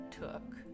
took